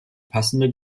passende